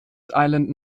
island